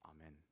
amen